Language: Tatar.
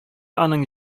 аның